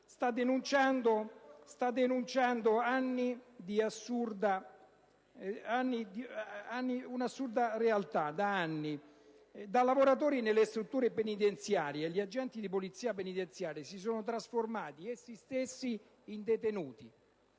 denuncia da anni una assurda realtà: da lavoratori nelle strutture penitenziarie, gli agenti di Polizia penitenziaria si sono trasformati essi stessi in detenuti